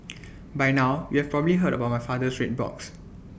by now you have probably heard about my father's red box